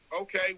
Okay